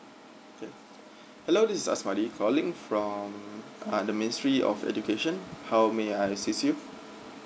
okay hello this is asmadi calling from uh the ministry of education how may I assist you